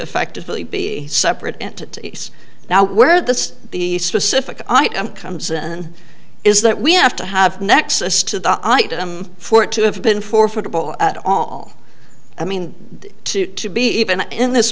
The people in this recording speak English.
effectively be separate entities now where this the specific item comes and is that we have to have nexus to the item for it to have been for football at all i mean to to be even in this